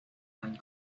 find